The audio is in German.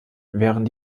wären